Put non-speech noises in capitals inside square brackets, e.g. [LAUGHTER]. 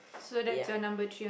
yeah [BREATH]